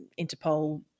Interpol